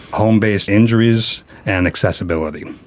home-based injuries and accessibility.